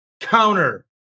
counter